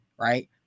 Right